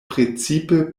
precipe